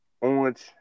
orange